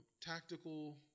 tactical